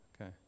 okay